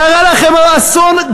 קרה לכם אסון,